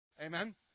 Amen